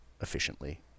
efficiently